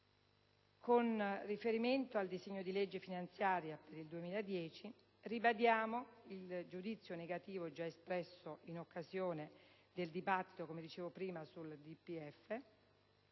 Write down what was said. Con riferimento al disegno di legge finanziaria per il 2010, ribadiamo il giudizio negativo già espresso in occasione del dibattito sul DPEF: